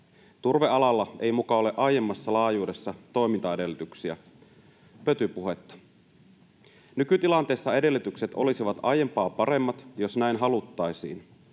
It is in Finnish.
Turvealalla ei muka ole aiemmassa laajuudessa toimintaedellytyksiä — pötypuhetta. Nykytilanteessa edellytykset olisivat aiempaa paremmat, jos näin haluttaisiin.